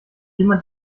jemand